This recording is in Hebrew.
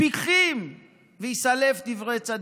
פקחים ויסלף דברי צדיקים".